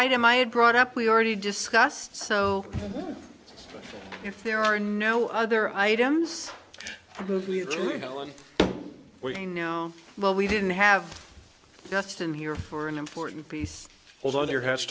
item i had brought up we already discussed so if there are no other items we know well we didn't have justin here for an important piece although there has